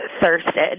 thirsted